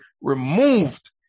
removed